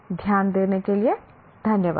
ध्यान देने के लिये धन्यवाद